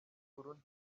burundi